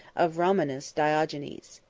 of romanus diogenes.